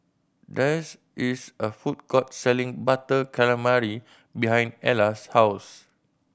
there's is a food court selling Butter Calamari behind Ella's house